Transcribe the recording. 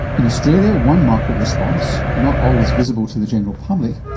in australia one market response, not always visible to the general public,